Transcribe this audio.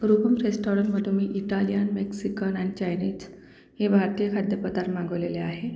रुपम रेस्टॉरनमधनं मी Italian Mexican and Chinese हे भारतीय खाद्यपदार्थ मागवलेले आहे